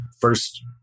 first